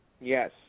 Yes